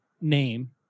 name